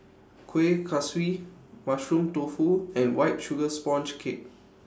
Kueh Kaswi Mushroom Tofu and White Sugar Sponge Cake